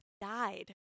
died